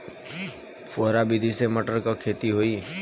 फुहरा विधि से मटर के खेती होई